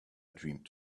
dreamed